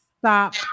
stop